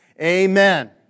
Amen